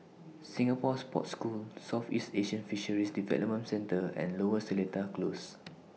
Singapore Sports School Southeast Asian Fisheries Development Centre and Lower Seletar Close